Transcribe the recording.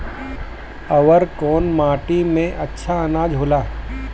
अवर कौन माटी मे अच्छा आनाज होला?